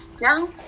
Now